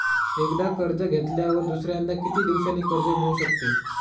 एकदा कर्ज घेतल्यावर दुसऱ्यांदा किती दिवसांनी कर्ज मिळू शकते?